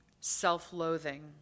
self-loathing